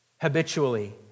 habitually